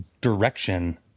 direction